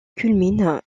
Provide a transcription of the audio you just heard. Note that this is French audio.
culmine